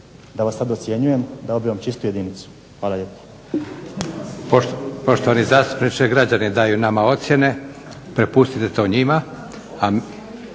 Da vas sada ocjenjujem dao bih vam čistu jedinicu. Hvala lijepa.